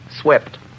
swept